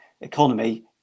economy